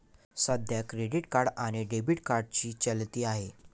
सध्या credit card आणि debit कार्डची चलती आहे